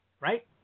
right